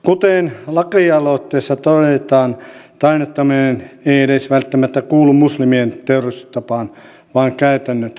kuten lakialoitteessa todetaan tainnuttaminen ei edes välttämättä kuulu muslimien teurastustapaan vaan käytännöt vaihtelevat